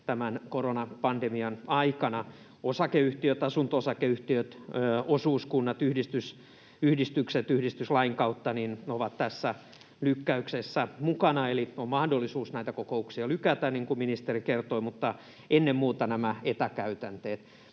tämän koronapandemian aikana. Osakeyhtiöt, asunto-osakeyhtiöt, osuuskunnat sekä yhdistykset yhdistyslain kautta ovat tässä lykkäyksessä mukana. Eli on mahdollisuus näitä kokouksia lykätä, niin kuin ministeri kertoi — mutta ennen muuta nämä etäkäytänteet.